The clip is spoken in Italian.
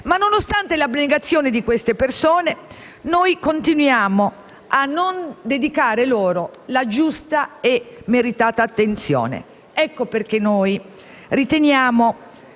Ma nonostante l'abnegazione di queste persone, continuiamo a non dedicare loro la giusta e meritata attenzione. Ecco perché riteniamo